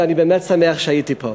ואני באמת שמח שהייתי פה.